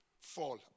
Fall